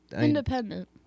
Independent